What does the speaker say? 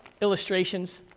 illustrations